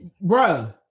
Bro